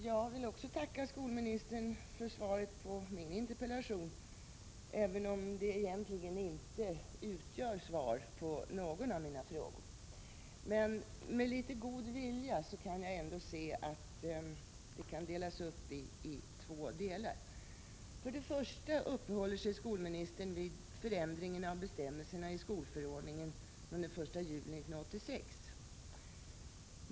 Fru talman! Jag tackar skolministern för svaret på min interpellation, även om det egentligen inte utgör svar på någon av mina frågor. Med litet god vilja kan jag ändå se att det kan delas upp i två delar. För det första uppehåller sig skolministern vid förändringen av bestämmelserna i skolförordningen den 1 juli 1986.